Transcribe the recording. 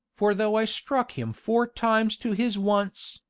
for though i struck him four times to his once,